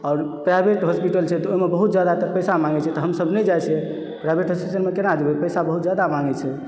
आओर private hospital छै तऽ ओहिमे बहुत जादा पैसा माँगै छै तऽ हमसभ नहि जाइ छियै प्राइवेट हॉस्पिटल मे केना जेबै पइसा बहुत जादा माँगै छै